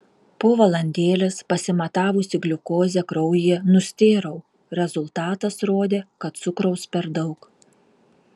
po valandėlės pasimatavusi gliukozę kraujyje nustėrau rezultatas rodė kad cukraus per daug